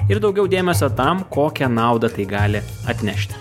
ir daugiau dėmesio tam kokią naudą tai gali atnešti